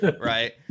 right